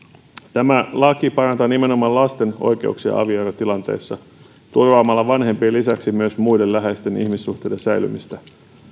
tämä laki parantaa nimenomaan lasten oikeuksia avioerotilanteissa turvaamalla vanhempien lisäksi myös muiden läheisten ihmissuhteiden säilymistä